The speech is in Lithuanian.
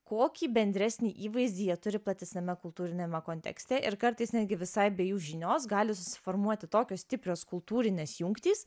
kokį bendresnį įvaizdį jie turi platesniame kultūriniame kontekste ir kartais netgi visai be jų žinios gali susiformuoti tokios stiprios kultūrinės jungtys